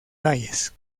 valles